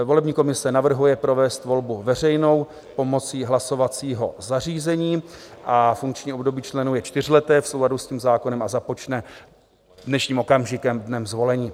Volební komise navrhuje provést volbu veřejnou pomocí hlasovacího zařízení, funkční období členů je čtyřleté v souladu se zákonem a započne dnešním okamžikem, dnem zvolení.